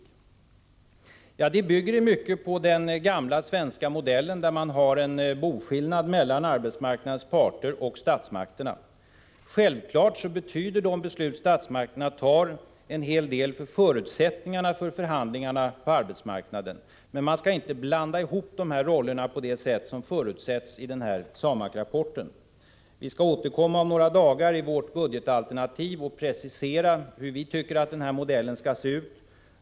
Ja, den modellen bygger i mycket på den gamla svenska modellen, där man har en boskillnad mellan arbetsmarknadens parter och statsmakterna. Självfallet betyder de beslut statsmakterna fattar en hel del när det gäller förutsättningarna för förhandlingarna på arbetsmarknaden. Men man skall inte blanda ihop de här rollerna på det sätt som förutsätts i SAMAK-rapporten. Vi skall återkomma om några dagar i vårt budgetalternativ och precisera hur vi tycker att den här modellen skall se ut.